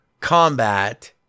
combat